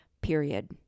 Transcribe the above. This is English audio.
period